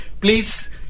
please